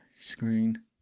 screen